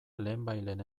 lehenbailehen